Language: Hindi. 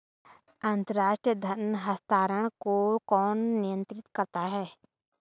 अंतर्राष्ट्रीय धन हस्तांतरण को कौन नियंत्रित करता है?